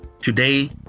today